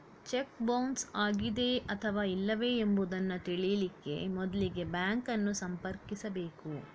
check bounce ಆಗಿದೆಯೇ ಅಥವಾ ಇಲ್ಲವೇ ಎಂಬುದನ್ನ ತಿಳೀಲಿಕ್ಕೆ ಮೊದ್ಲಿಗೆ ಬ್ಯಾಂಕ್ ಅನ್ನು ಸಂಪರ್ಕಿಸ್ಬೇಕು